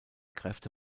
kräfte